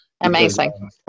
Amazing